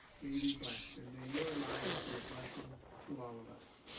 may you be blessed. and may your lives be a blessing to all of us.